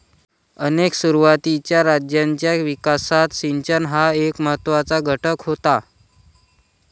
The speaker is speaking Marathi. अनेक सुरुवातीच्या राज्यांच्या विकासात सिंचन हा एक महत्त्वाचा घटक होता